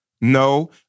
No